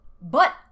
But-